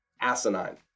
asinine